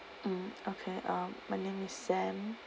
mm okay uh my name is sam